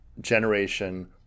generation